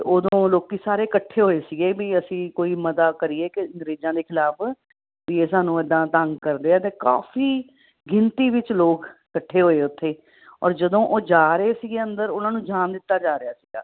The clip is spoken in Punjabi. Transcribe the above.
ਅਤੇ ਉਦੋਂ ਲੋਕ ਸਾਰੇ ਇਕੱਠੇ ਹੋਏ ਸੀਗੇ ਵੀ ਅਸੀਂ ਕੋਈ ਮਤਾ ਕਰੀਏ ਕਿ ਅੰਗਰੇਜ਼ਾਂ ਦੇ ਖਿਲਾਫ਼ ਵੀ ਇਹ ਸਾਨੂੰ ਇੱਦਾਂ ਤੰਗ ਕਰਦੇ ਆ ਅਤੇ ਕਾਫੀ ਗਿਣਤੀ ਵਿੱਚ ਲੋਕ ਇਕੱਠੇ ਹੋਏ ਉੱਥੇ ਔਰ ਜਦੋਂ ਉਹ ਜਾ ਰਹੇ ਸੀਗੇ ਅੰਦਰ ਉਹਨਾਂ ਨੂੰ ਜਾਣ ਦਿੱਤਾ ਜਾ ਰਿਹਾ ਸੀਗਾ